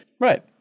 right